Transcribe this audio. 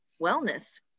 wellness